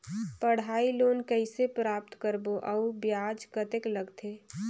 पढ़ाई लोन कइसे प्राप्त करबो अउ ब्याज कतेक लगथे?